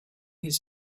his